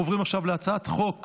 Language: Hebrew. אנחנו עוברים עכשיו להצעת החוק הפרטית,